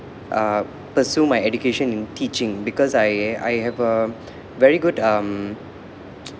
uh pursue my education in teaching because I I have a very good um